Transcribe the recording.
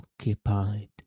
occupied